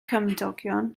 cymdogion